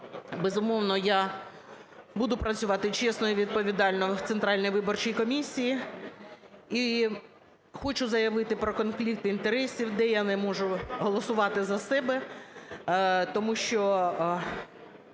безумовно, я буду працювати чесно і відповідально в Центральній виборчій комісії. І хочу заявити про конфлікт інтересів, де я не можу голосувати за себе, тому що